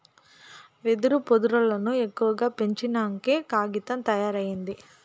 వెదురు పొదల్లను ఎక్కువగా పెంచినంకే కాగితం తయారైంది